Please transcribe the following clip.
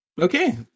Okay